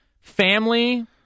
family